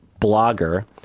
blogger